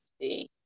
see